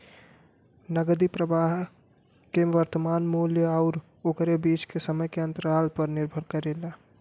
नकदी प्रवाह के वर्तमान मूल्य आउर ओकरे बीच के समय के अंतराल पर निर्भर करेला